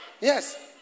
Yes